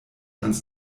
ans